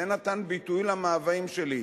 זה נתן ביטוי למאוויים שלי,